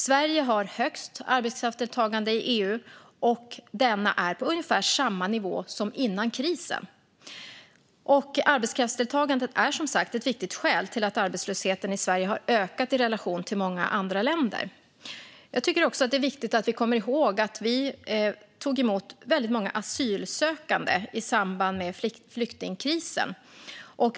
Sverige har högst arbetskraftsdeltagande i EU, och det är på ungefär samma nivå som före krisen. Arbetskraftsdeltagandet är som sagt ett viktigt skäl till att arbetslösheten i Sverige har ökat i relation till många andra länder. Jag tycker också att det är viktigt att vi kommer ihåg att Sverige tog emot väldigt många asylsökande i samband med flyktingkrisen.